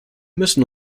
müssen